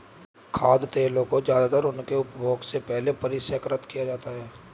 खाद्य तेलों को ज्यादातर उनके उपभोग से पहले परिष्कृत किया जाता है